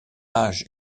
âge